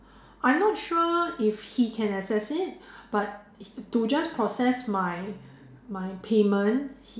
I'm not sure if he can access it but to just process my my payment